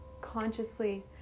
consciously